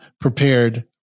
prepared